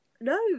no